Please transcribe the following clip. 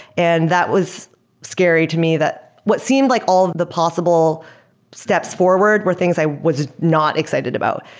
and that was scary to me that what seemed like all of the possible steps forward were things i was not excited about.